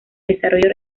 desarrollo